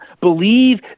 believe